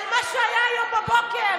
על מה שהיה היום בבוקר?